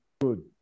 Good